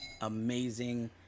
amazing